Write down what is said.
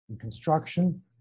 construction